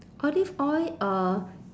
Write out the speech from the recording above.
olive oil uh